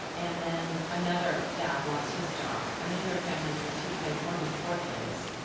and then another dad lost his job. and these are families with two kids, one with four kids.